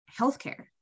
healthcare